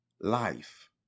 life